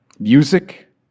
Music